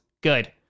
Good